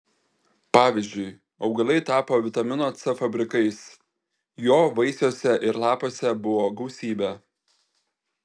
pavyzdžiui augalai tapo vitamino c fabrikais jo vaisiuose ir lapuose buvo gausybė